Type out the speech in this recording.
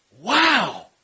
Wow